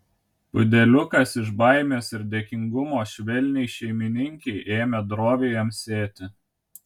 pudeliukas iš baimės ir dėkingumo švelniai šeimininkei ėmė droviai amsėti